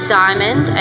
diamond